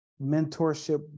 mentorship